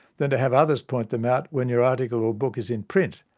than to have others point them out when your article or book is in print.